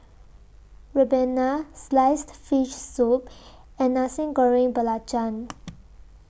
Ribena Sliced Fish Soup and Nasi Goreng Belacan